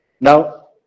Now